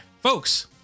folks